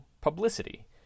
publicity